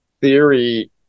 theory